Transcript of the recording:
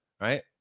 right